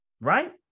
right